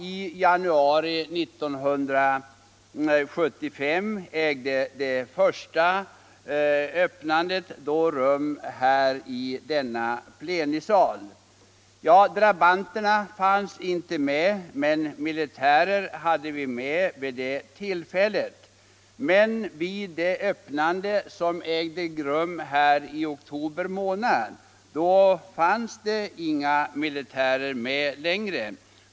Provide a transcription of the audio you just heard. I januari 1975 ägde det första öppnandet rum i denna plenisal. Drabanterna fanns inte med, men militärer förekom vid det tillfället. Vid det öppnande som ägde rum i oktober månad fanns dock inga militärer med längre.